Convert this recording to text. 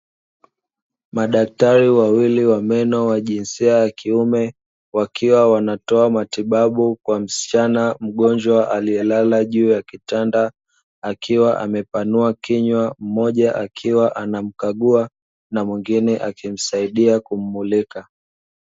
Madaktari wawili wa meno wa jinsia ya kiume, wakiwa wanatoa matibabu kwa msichana mgonjwa aliyelala juu ya kitanda. Akiwa amepanua kinywa mmoja akiwa anamkagua, na mwingine akimsaidia kummulika.